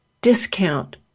discount